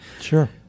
Sure